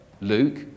Luke